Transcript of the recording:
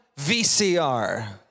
VCR